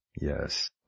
Yes